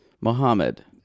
Mohammed